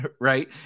right